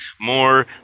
more